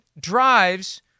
drives